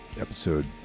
episode